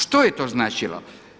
Što je to značilo?